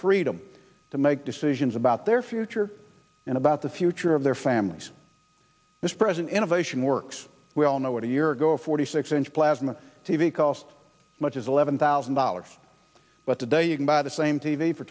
freedom to make decisions about their future and about the future of their families this present innovation works we all know what a year ago forty six inch plasma t v cost much is eleven thousand dollars but today you can buy the same t v for